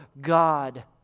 God